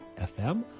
FM